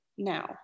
now